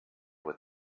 with